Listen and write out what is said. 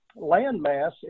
landmass